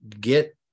get